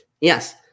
Yes